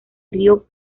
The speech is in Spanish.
río